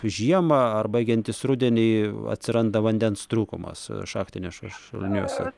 žiemą ar baigiantis rudeniui atsiranda vandens trūkumas šachtiniuoše šuliniuose